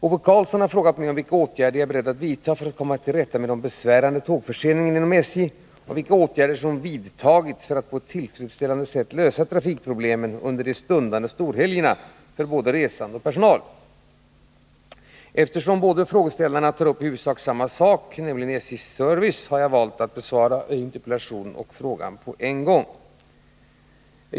Ove Karlsson har frågat mig vilka åtgärder jag är beredd att vidta för att komma till rätta med de besvärande tågförseningarna inom SJ och vilka åtgärder som vidtagits för att på ett tillfredsställande sätt lösa trafikproblemen under de stundande storhelgerna för både de resande och personalen. Eftersom Hans Alsén och Ove Karlsson tar upp i huvudsak samma sak, nämligen SJ:s trafikservice, har jag valt att besvara interpellationen och frågan samtidigt.